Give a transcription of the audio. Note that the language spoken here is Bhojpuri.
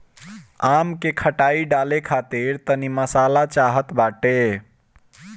आम के खटाई डाले खातिर तनी मसाला चाहत बाटे